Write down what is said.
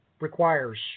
requires